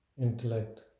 intellect